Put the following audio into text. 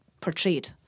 portrayed